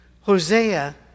Hosea